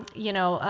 you know,